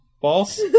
False